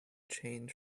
change